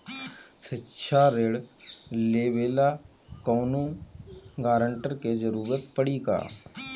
शिक्षा ऋण लेवेला कौनों गारंटर के जरुरत पड़ी का?